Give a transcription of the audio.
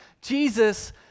Jesus